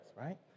right